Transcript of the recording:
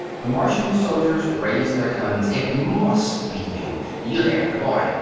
the martian soldiers raised their guns. it must be you. you there, the boy.